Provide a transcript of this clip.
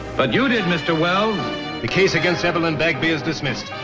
but you did, mr. wells the case against evelyn bagby is dismissed.